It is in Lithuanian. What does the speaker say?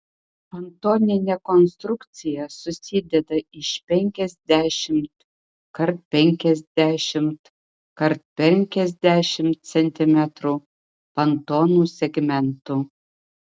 pontoninė konstrukcija susideda iš penkiasdešimt kart penkiasdešimt kart penkiasdešimt centimetrų pontonų segmentų